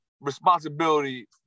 responsibility